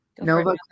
Nova